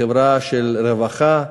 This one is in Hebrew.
כחברה של רווחה,